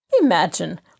Imagine